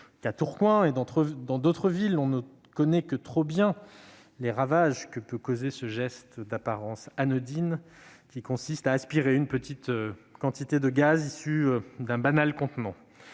À Tourcoing et dans d'autres villes, on ne connaît que trop bien les ravages que peut causer ce geste d'apparence anodine, qui consiste à aspirer une petite quantité de gaz issu d'un banal contenant.